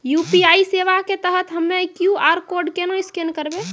UPI सेवा के तहत हम्मय क्यू.आर कोड केना स्कैन करबै?